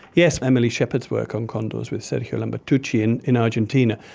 yes, emily shepard's work on condors with sergio lambertucci and in argentina,